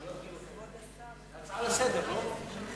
זו הצעה לסדר-היום, לא?